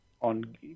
on